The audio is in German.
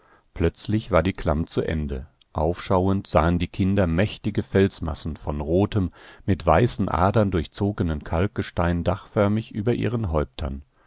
plötzlich war die klamm zu ende aufschauend sahen die kinder mächtige felsmassen von rotem mit weißen adern durchzogenem kalkgestein dachförmig über ihren häuptern